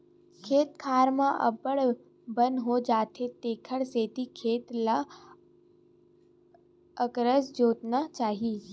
खेत खार म अब्बड़ बन हो जाथे तेखर सेती खेत ल अकरस जोतना चाही